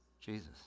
Jesus